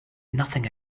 nothing